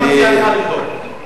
אני מציע לך לבדוק.